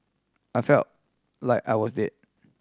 I felt like I was dead